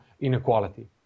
inequality